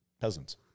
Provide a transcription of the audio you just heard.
peasants